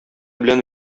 белән